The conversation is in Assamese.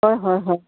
হয় হয় হয়